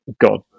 God